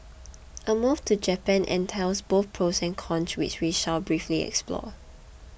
a move to Japan entails both pros and cons which we shall briefly explore